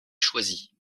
choisie